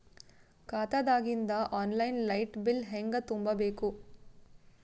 ಖಾತಾದಾಗಿಂದ online light bill ಹೇಂಗ ತುಂಬಾ ಬೇಕು?